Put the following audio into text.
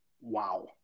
wow